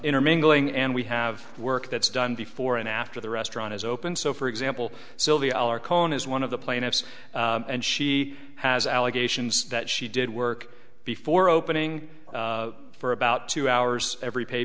intermingling and we have the work that's done before and after the restaurant is open so for example silvia cohen is one of the plaintiffs and she has allegations that she did work before opening for about two hours every pay